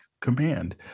Command